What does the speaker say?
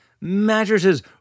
Mattresses